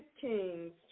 Kings